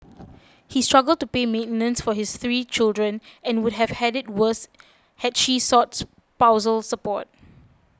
he struggled to pay maintenance for his three children and would have had it worse had she sought spousal support